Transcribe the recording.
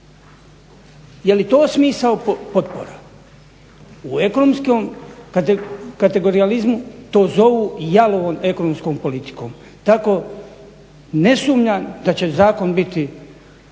Je li to smisao potpora? U ekonomskom kategorijalizmu to zovu jalovom ekonomskom politikom. Tako ne sumnjam da će zakon biti